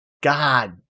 God